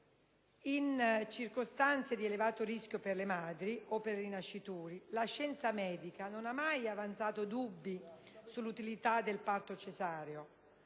in circostanze di elevato rischio per le madri o per i nascituri la scienza medica non ha mai avanzato dubbi sull'utilità del parto cesareo,